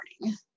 morning